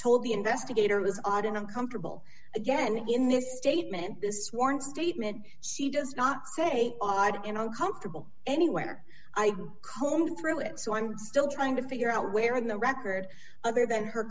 the investigator was odd and uncomfortable again in this statement this warrant statement she does not say odd and uncomfortable anywhere i combed through it so i'm still trying to figure out where in the record other than her